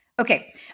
Okay